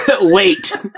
Wait